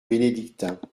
bénédictins